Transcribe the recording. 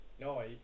No